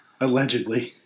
Allegedly